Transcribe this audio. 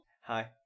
Hi